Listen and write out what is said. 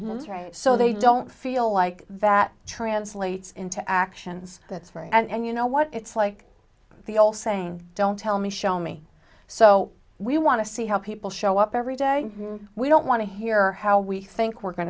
so they don't feel like that translates into actions that's right and you know what it's like the all saying don't tell me show me so we want to see how people show up every day we don't want to hear how we think we're going